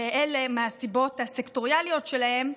ואלה מהסיבות הסקטוריאליות שלהם,